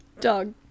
dog